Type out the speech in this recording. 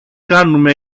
κάνουμε